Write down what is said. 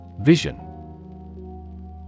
Vision